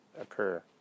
occur